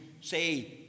say